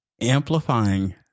amplifying